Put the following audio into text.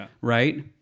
right